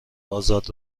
آزاد